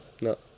No